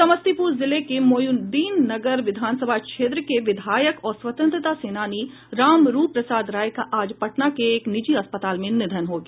समस्तीपुर जिले के मोहिउद्दीननगर विधानसभा क्षेत्र के विधायक और स्वतंत्रता सेनानी रामरूप प्रसाद राय का आज पटना के एक निजी अस्पताल में निधन हो गया